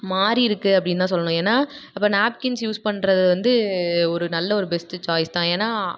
மாறியிருக்கு அப்டின்னு தான் சொல்லணும் ஏன்னா அப்போ நாப்கின்ஸ் யூஸ் பண்ணுறது வந்து ஒரு நல்ல ஒரு பெஸ்ட்டு சாய்ஸ் தான் ஏன்னா